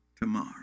Tomorrow